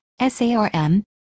SARM